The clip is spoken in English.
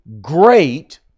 great